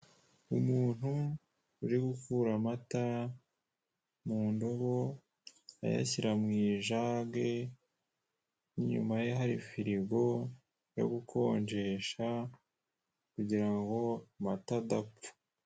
Umuntu uri gukura amata mu ndobo ayashyira mu ijage, inyuma ye hari firigo yo gukonjesha kugira ngo amata adapfa.